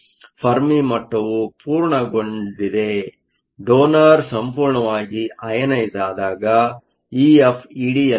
Fermi ಮಟ್ಟವು ಪೂರ್ಣಗೊಂಡಿದೆ donor ಸಂಪೂರ್ಣವಾಗಿ ಅಯನೈಸ಼್ ಆದಾಗ ಇಎಫ್ ಇಡಿಯಲ್ಲಿರುತ್ತದೆ